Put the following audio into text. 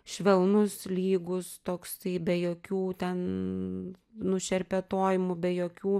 švelnus lygus toks tai be jokių ten nušerpetojimų be jokių